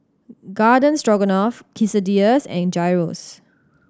Garden Stroganoff Quesadillas and Gyros